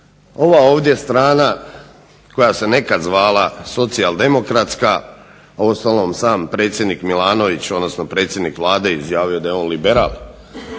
ova ovdje strana koja se nekad zvala Socijaldemokratska, uostalom sam predsjednik Milanović odnosno predsjednik Vlade je izjavio da je on liberal,